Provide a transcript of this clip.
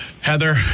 Heather